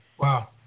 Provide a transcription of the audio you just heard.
Wow